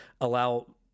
allow